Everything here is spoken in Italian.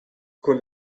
con